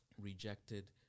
rejected